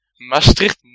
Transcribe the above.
Maastricht